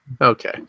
Okay